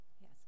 yes